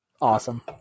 awesome